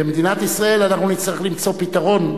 במדינת ישראל אנחנו נצטרך למצוא פתרון,